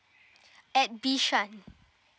at bishan